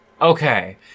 Okay